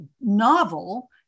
novel